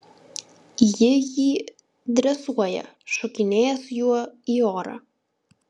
ji jį dresuoja šokinėja su juo į orą